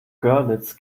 görlitz